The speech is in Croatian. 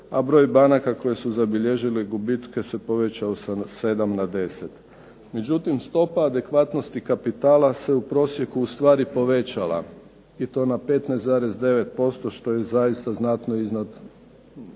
a broj banaka koje su zabilježile gubitke se povećao sa 7 na 10. Međutim, stopa adekvatnosti kapitala se u prosjeku ustvari povećala i to na 15,9% što je zaista znatno iznad